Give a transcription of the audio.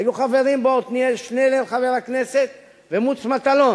היו חברים בו חבר הכנסת עתניאל שנלר ומוץ מטלון.